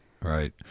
Right